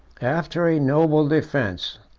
after a noble defence,